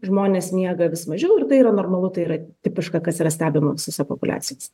žmonės miega vis mažiau ir tai yra normalu tai yra tipiška kas yra stebima visose populiacijose